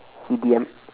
E_D_M